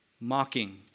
Mocking